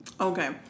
Okay